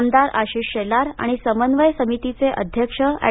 आमदार आशीष शेलार आणि समन्वय समितीचे अध्यक्ष एंड